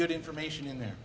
good information in there